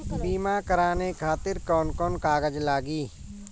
बीमा कराने खातिर कौन कौन कागज लागी?